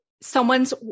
someone's